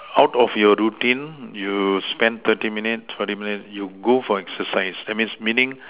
out of your routine you spend thirty minute forty minute you go for exercise that means meaning